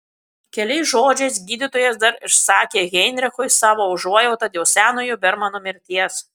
keliais žodžiais gydytojas dar išsakė heinrichui savo užuojautą dėl senojo bermano mirties